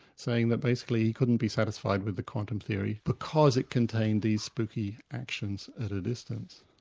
saying that basically he couldn't be satisfied with the quantum theory because it contained these spooky actions at a distance.